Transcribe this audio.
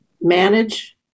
manage